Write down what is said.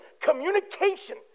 communication